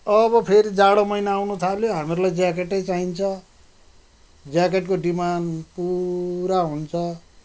अब फेरि जाडो महिना आउन थाल्यो हामीलाई ज्याकेटै चाहिन्छ ज्याकेटको डिमान्ड पुरा हुन्छ